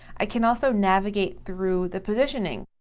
i can also navigate through the positioning.